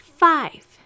five